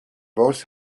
both